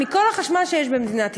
מכל החשמל שיש במדינת ישראל,